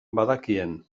badakien